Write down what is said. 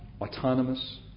autonomous